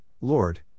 Lord